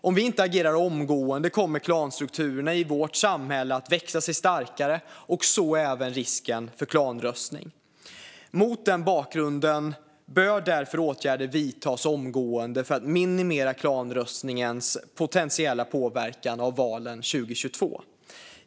Om vi inte agerar omgående kommer klanstrukturerna i vårt samhälle att växa sig starkare, så även risken för klanröstning. Mot den bakgrunden bör därför åtgärder vidtas omgående för att minimera klanröstningens potentiella påverkan på valen 2022.